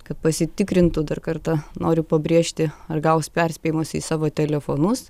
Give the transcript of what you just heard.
kad pasitikrintų dar kartą noriu pabrėžti ar gaus perspėjimus į savo telefonus